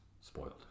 spoiled